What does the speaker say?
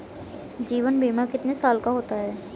जीवन बीमा कितने साल का होता है?